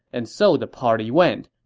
and so the party went,